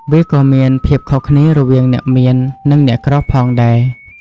វាក៏មានភាពខុសគ្នារវាងអ្នកមាននិងអ្នកក្រផងដែរ។